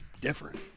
different